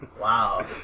Wow